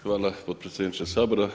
Hvala potpredsjedniče Sabora.